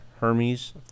Hermes